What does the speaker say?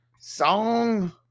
Song